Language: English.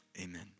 Amen